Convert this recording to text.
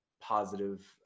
positive